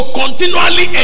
continually